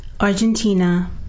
Argentina